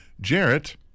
Jarrett